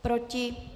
Proti?